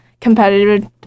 competitive